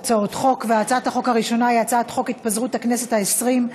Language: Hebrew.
והצעת החוק הראשונה היא הצעת חוק התפזרות הכנסת העשרים,